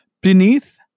Beneath